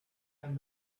and